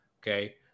okay